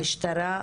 המשטרה,